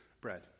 Bread